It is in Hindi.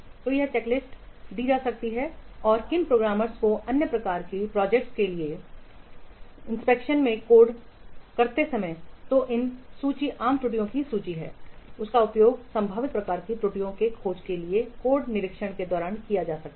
तो यह चेकलिस्ट दी जा सकती है और किन प्रोग्रामर्स को अन्य प्रकार की परियोजनाओं के लिए निरीक्षण में कोड करते समय तो यह सूची आम त्रुटियों की सूची है इसका उपयोग संभावित प्रकार की त्रुटियों की खोज के लिए कोड निरीक्षण के दौरान किया जा सकता है